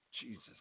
Jesus